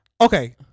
Okay